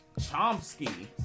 Chomsky